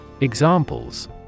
Examples